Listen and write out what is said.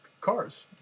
cars